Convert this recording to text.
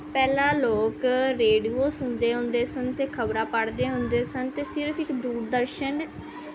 ਪਹਿਲਾਂ ਲੋਕ ਰੇਡੀਓ ਸੁਣਦੇ ਹੁੰਦੇ ਸਨ ਅਤੇ ਖਬਰਾਂ ਪੜ੍ਹਦੇ ਹੁੰਦੇ ਸਨ ਅਤੇ ਸਿਰਫ ਇੱਕ ਦੂਰਦਰਸ਼ਨ